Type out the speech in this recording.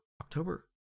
October